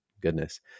goodness